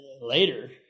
later